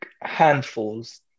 handfuls